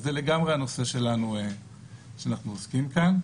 אז זה לגמרי הנושא שאנחנו עוסקים כאן.